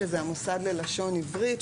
שזה המוסד ללשון עברית,